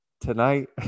tonight